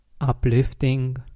uplifting